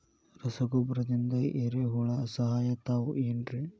ರಸಗೊಬ್ಬರದಿಂದ ಏರಿಹುಳ ಸಾಯತಾವ್ ಏನ್ರಿ?